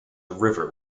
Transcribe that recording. river